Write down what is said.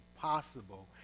possible